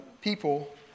people